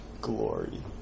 Glory